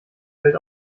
hält